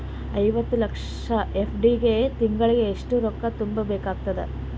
ಐವತ್ತು ಲಕ್ಷ ಎಫ್.ಡಿ ಗೆ ತಿಂಗಳಿಗೆ ಎಷ್ಟು ರೊಕ್ಕ ತುಂಬಾ ಬೇಕಾಗತದ?